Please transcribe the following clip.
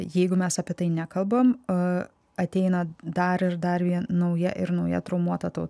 jeigu mes apie tai nekalbam o ateina dar ir dar vien nauja ir nauja traumuota